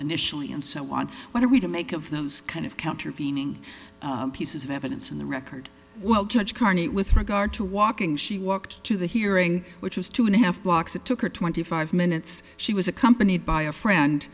initially and so on what are we to make of those kind of counter veining pieces of evidence in the record will judge carnate with regard to walking she walked to the hearing which was two and a half blocks it took her twenty five minutes she was accompanied by a friend